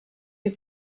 you